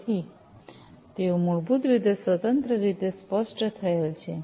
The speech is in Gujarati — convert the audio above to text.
તેથી તેઓ મૂળભૂત રીતે સ્વતંત્ર રીતે સ્પષ્ટ થયેલ છે